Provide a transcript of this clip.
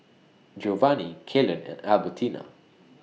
Giovanni Kalen and Albertina